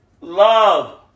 love